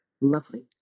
lovely